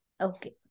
Okay